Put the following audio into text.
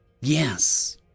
yes